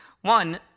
One